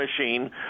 Machine